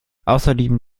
außerdem